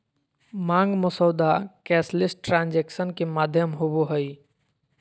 मांग मसौदा cashless transaction के माध्यम होबो हइ